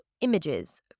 images